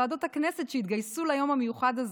ועדות הכנסת שהתגייסו ליום המיוחד הזה,